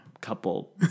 Couple